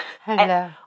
Hello